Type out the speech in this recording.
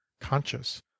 conscious